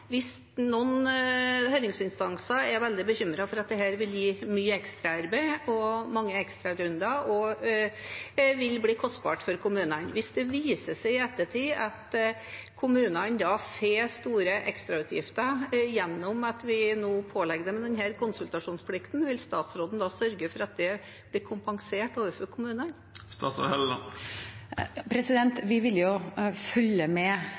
Noen høringsinstanser er veldig bekymret for at dette vil gi mye ekstraarbeid og mange ekstrarunder, og at det vil bli kostbart for kommunene. Hvis det viser seg i ettertid at kommunene får store ekstrautgifter gjennom at vi nå pålegger dem denne konsultasjonsplikten, vil statsråden da sørge for at det blir kompensert overfor kommunene? Vi vil jo følge med